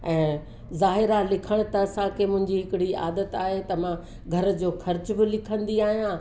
ऐं ज़ाहिरु आहे लिखणु त असांखे मुंहिंजी हिकिड़ी आदत आहे त मां घर जो ख़र्चु बि लिखंदी आहियां